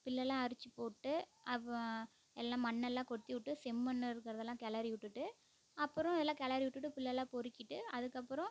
பில்லுல்லாம் அரிச்சு போட்டு அவ்வ எல்லாம் மண்ணெல்லாம் கொத்தி விட்டு செம்மண்ணு இருக்கிறதெல்லாம் கிளரி விட்டுட்டு அப்பறோம் எல்லாம் கிளரி விட்டுட்டு பில்லுல்லாம் பொறிக்கிட்டு அதுக்கப்புறோம்